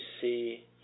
see